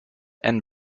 and